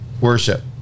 worship